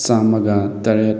ꯆꯥꯝꯃꯒ ꯇꯔꯦꯠ